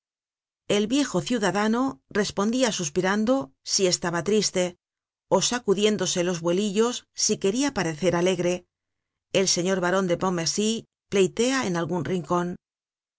el viejo ciudadano respondia suspirando si estaba triste ó sacudiéndose los vuelillos si queria parecer alegre el señor baron de pontmercy pleitea en algun rincon